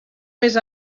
més